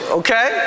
okay